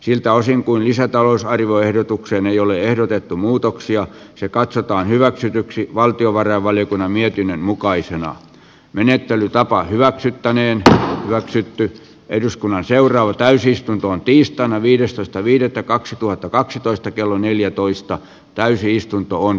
siltä osin kuin lisätalousarvioehdotukseen ei ole ehdotettu muutoksia se katsotaan hyväksytyksi valtiovarainvaliokunnan mietinnön mukaisena menettelytapa hyväksyttäneen hyväksytyt eduskunnan seuraava täysistuntoon tiistaina viidestoista viidettä kaksituhattakaksitoista kello neljätoista täysistuntoon